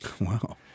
Wow